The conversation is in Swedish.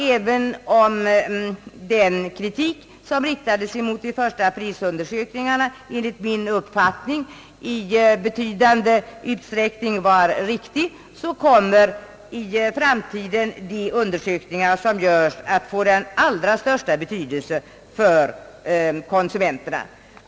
Även om den kritik, som riktats emot de första prisundersökningarna, enligt min uppfattning i viss utsträckning varit riktig, tror jag att de undersökningar som görs i framtiden skall få den allra största betydelse för konsumenterna.